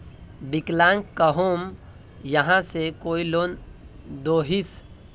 विकलांग कहुम यहाँ से कोई लोन दोहिस?